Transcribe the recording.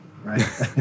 Right